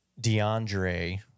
DeAndre